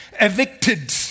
Evicted